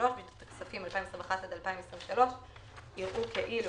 בשנות הכספים 2021 עד 2023 יראו כאילו